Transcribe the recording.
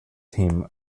team